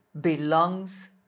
belongs